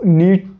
need